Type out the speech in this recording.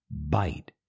bite